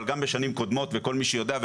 אבל גם בשנים קודמות וכל מי שיודע,